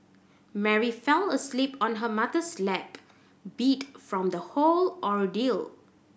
Mary fell asleep on her mother's lap beat from the whole ordeal